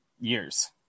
years